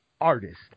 artist